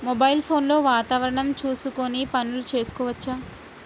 Mobile phone లో వాతావరణం చూసుకొని పనులు చేసుకోవచ్చా?